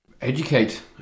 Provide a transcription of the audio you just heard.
Educate